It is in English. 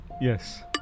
Yes